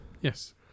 Yes